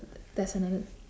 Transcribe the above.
that's another